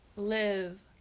live